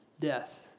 death